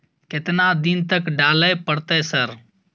केतना दिन तक डालय परतै सर?